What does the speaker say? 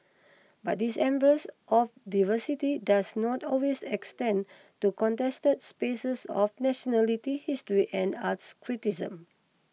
but this embrace of diversity does not always extend to contested spaces of nationality history and arts criticism